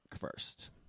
first